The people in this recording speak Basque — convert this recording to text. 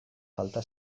falta